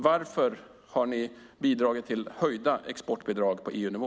Varför har ni bidragit till höjda exportbidrag på EU-nivå?